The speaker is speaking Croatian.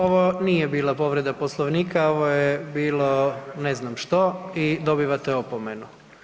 ovo nije bila povreda Poslovnika, ovo je bilo ne znam što i dobivate opomenu.